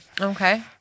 Okay